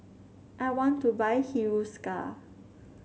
I want to buy Hiruscar